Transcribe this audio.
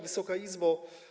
Wysoka Izbo!